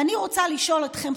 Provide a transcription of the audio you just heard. ואני רוצה לשאול אתכם,